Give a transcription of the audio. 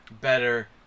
better